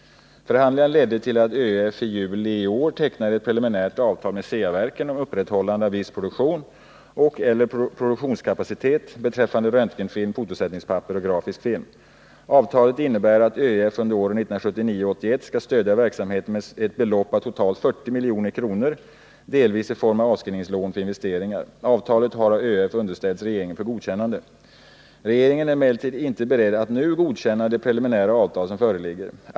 Förhandlingarna ledde till att ÖEF i juli i år tecknade ett preliminärt avtal med Ceaverken om upprätthållande av viss produktion och/eller produktionskapacitet beträffande röntgenfilm, fotosättningspapper och grafisk film. Avtalet innebär att ÖEF under åren 1979-1981 skall stödja verksamheten med ett belopp av totalt 40 milj.kr., delvis i form av avskrivningslån för investeringar. Avtalet har av ÖEF underställts regeringen för godkännande. Regeringen är emellertid inte beredd att nu godkänna det preliminära avtal som föreligger.